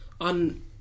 on